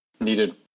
needed